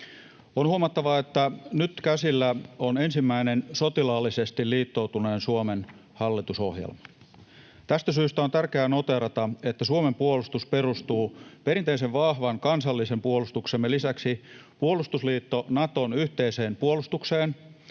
On huomattava, että nyt käsillä on ensimmäinen sotilaallisesti liittoutuneen Suomen hallitusohjelma. Tästä syystä on tärkeää noteerata, että Suomen puolustus perustuu perinteisen, vahvan kansallisen puolustuksemme lisäksi puolustusliitto Naton yhteiseen puolustukseen,